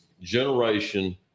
generation